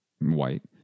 white